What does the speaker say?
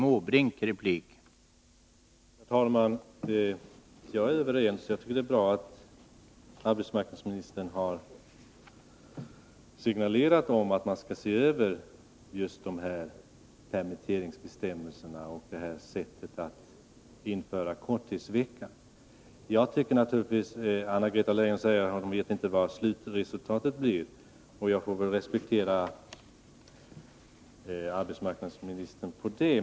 Herr talman! Det är bra att arbetsmarknadsministern har signalerat att man skall se över permitteringsbestämmelserna och sättet att införa korttidsvecka. Anna-Greta Leijon sade att hon inte vet vad slutresultatet blir. Jag får väl respektera det.